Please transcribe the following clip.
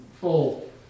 full